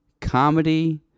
comedy